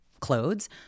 clothes